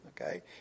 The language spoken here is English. okay